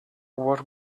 what